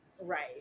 Right